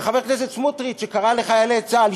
וחבר הכנסת סמוטריץ שקרא לחיילי צה"ל,